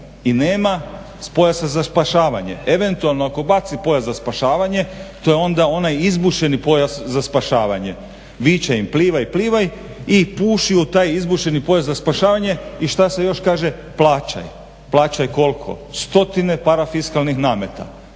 i nema pojasa za spašavanje. Eventualno ako baci pojas za spašavanje to je onda onaj izbušeni pojas za spašavanje. Viče im plivaj, plivaj i puši u taj izbušeni pojas za spašavanje i šta se još kaže plaćaj, plaćaj koliko stotine parafiskalnih nameta,